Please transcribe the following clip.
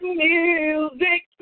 music